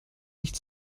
nicht